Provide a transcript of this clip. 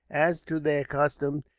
as to their costume,